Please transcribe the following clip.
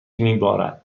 میبارد